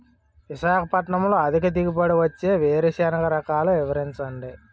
విశాఖపట్నంలో అధిక దిగుబడి ఇచ్చే వేరుసెనగ రకాలు వివరించండి?